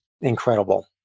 Incredible